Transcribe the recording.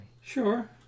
Sure